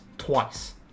twice